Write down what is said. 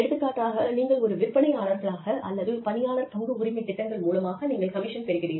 எடுத்துக்காட்டாக நீங்கள் ஒரு விற்பனையாளர்களாக அல்லது பணியாளர் பங்கு உரிமைத் திட்டங்கள் மூலமாக நீங்கள் கமிஷன் பெறுகிறீர்கள்